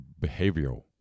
behavioral